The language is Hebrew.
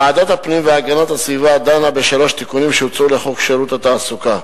ועדת הפנים והגנת הסביבה דנה בשלושה תיקונים שהוצעו לחוק שירות התעסוקה.